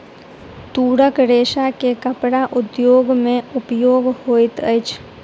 तूरक रेशा के कपड़ा उद्योग में उपयोग होइत अछि